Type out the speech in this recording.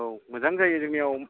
औ मोजां जायो जोंनियाव